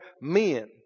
men